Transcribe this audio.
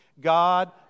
God